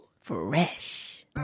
Fresh